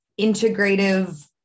integrative